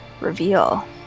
reveal